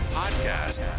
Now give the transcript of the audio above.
podcast